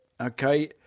okay